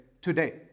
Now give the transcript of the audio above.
today